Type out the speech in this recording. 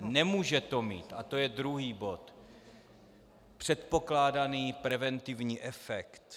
Nemůže to mít, a to je druhý bod, předpokládaný preventivní efekt.